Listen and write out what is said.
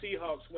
Seahawks